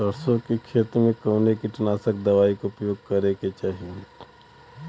सरसों के खेत में कवने कीटनाशक दवाई क उपयोग करे के चाही?